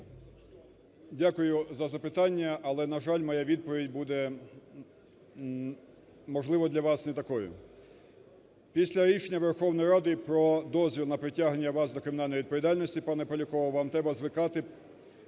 Дякую за запитання. Але, на жаль, моя відповідь буде, можливо, для вас не такою. Після рішення Верховної Ради про дозвіл на притягнення вас до кримінальної відповідальності, пане Поляков, вам треба звикати